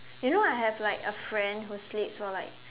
you know I have like a friend who sleeps for like